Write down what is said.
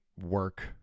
work